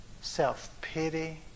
self-pity